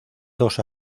dos